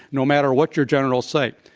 no matter what your generals say.